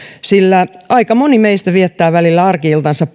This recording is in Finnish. sillä aika moni meistä viettää välillä arki iltansa